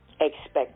expect